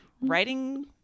writing